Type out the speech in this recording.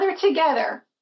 together